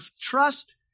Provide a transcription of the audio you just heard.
trust